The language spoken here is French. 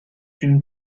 une